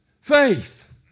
Faith